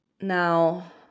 Now